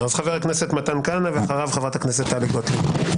הכנסת מתן כהנא, ואחריו חברת הכנסת טלי גוטליב.